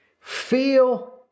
feel